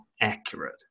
accurate